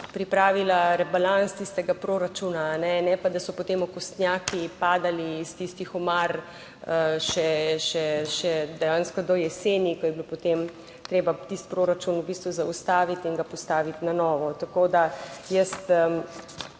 pripravila rebalans tistega proračuna, ne pa da so potem okostnjaki padali iz tistih omar še, še dejansko do jeseni, ko je bilo potem treba tisti proračun v bistvu zaustaviti in ga postaviti na novo. Tako da jaz